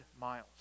miles